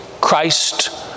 Christ